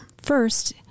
First